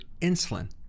insulin